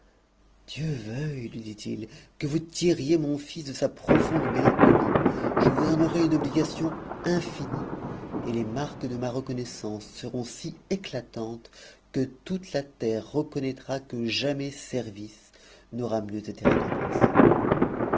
dieu veuille lui dit-il que vous tiriez mon fils de sa profonde mélancolie je vous en aurai une obligation infinie et les marques de ma reconnaissance seront si éclatantes que toute la terre reconnaîtra que jamais service n'aura mieux été récompensé